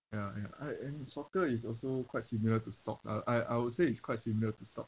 ya ya ah and soccer is also quite similar to stock I I I would say it's quite similar to stocks